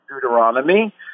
Deuteronomy